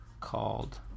called